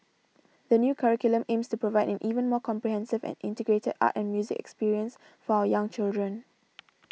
the new curriculum aims to provide an even more comprehensive and integrated art and music experience for our young children